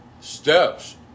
steps